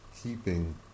keeping